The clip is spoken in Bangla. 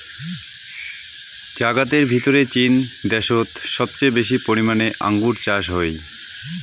জাগাতের ভিতরে চীন দ্যাশোত সবচেয়ে বেশি পরিমানে আঙ্গুর চাষ হই